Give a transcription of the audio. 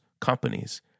companies